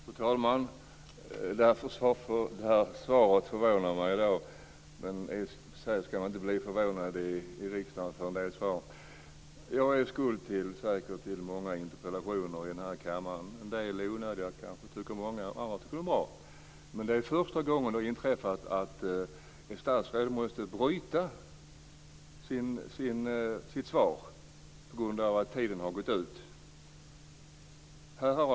Fru talman! Det här svaret förvånar mig, men i och för sig ska man inte bli förvånad över en del svar här i kammaren. Jag har framställt många interpellationer till denna kammare. Många tycker kanske en del är onödiga medan andra tycker att de är bra. Men det är första gången som det har inträffat att ett statsråd måste avbryta uppläsandet av svaret på grund av att talartiden är ute.